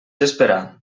esperar